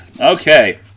Okay